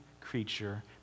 creature